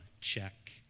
check